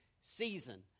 season